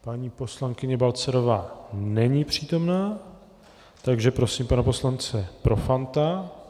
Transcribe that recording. Paní poslankyně Balcarová není přítomna, takže prosím pana poslance Profanta.